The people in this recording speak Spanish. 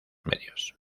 medios